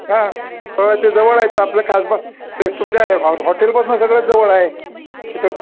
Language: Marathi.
हा हा ते जवळ आहेचं आपलं खासबाग प्लेस तुमच्या हॉ हॉटेलमधून सगळंच जवळ आहे तिथं